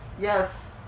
Yes